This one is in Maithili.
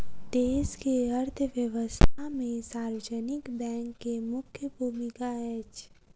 देश के अर्थव्यवस्था में सार्वजनिक बैंक के मुख्य भूमिका अछि